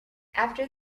after